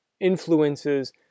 influences